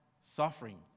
Suffering